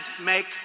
make